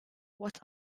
what